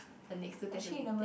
the next two test will be damn